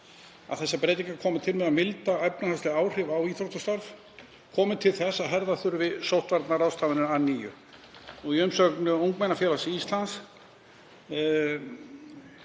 að þessar breytingar komi til með að milda efnahagsleg áhrif á íþróttastarf komi til þess að herða þurfi sóttvarnaráðstafanir að nýju. Í umsögn Ungmennafélags Íslands